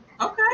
Okay